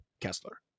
kessler